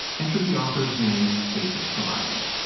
enter the author's name in the spaces provided.